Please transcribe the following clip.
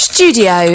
Studio